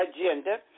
agenda